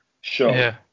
show